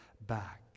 back